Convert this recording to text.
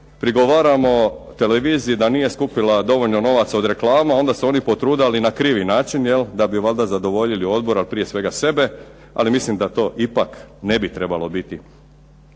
prigovaramo televiziji da nije skupila dovoljno novaca od reklama, a onda se oni potrude, ali na krivi način jel, da bi valjda zadovoljili odbor ali prije svega sebe, ali mislim da to ipak ne bi trebalo biti.